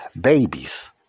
babies